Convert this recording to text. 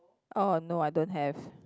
oh no I don't have